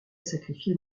sacrifier